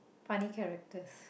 funny characters